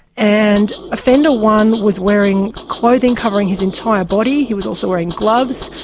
and offender one was wearing clothing covering his entire body, he was also wearing gloves,